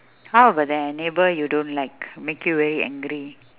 how about the neighbour you don't like make you very angry